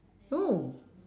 oh